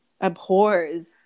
abhors